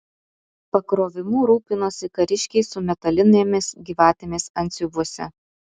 pakrovimu rūpinosi kariškiai su metalinėmis gyvatėmis antsiuvuose